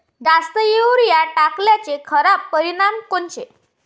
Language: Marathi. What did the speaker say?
जास्त युरीया टाकल्याचे खराब परिनाम कोनचे?